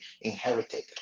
inherited